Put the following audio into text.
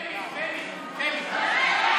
שמית, שמית, שמית.